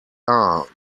are